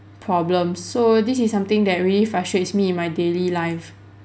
problems so this is something that really frustrates me in my daily life